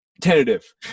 Tentative